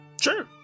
Sure